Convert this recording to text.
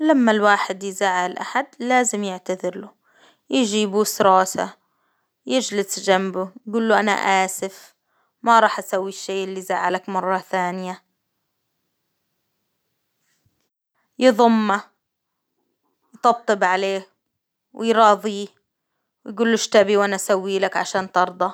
لما الواحد يزعل أحد لازم يعتذر له، يجي يبوس راسه، يجلس جنبه، يقول له أنا آسف، ما راح أسوي الشيء اللي زعلك مرة ثانية، يظمه، يطبطب عليه ويراظيه يقوله إيش تبي ؟ وأنا أسويه لك عشان ترضى.